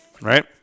right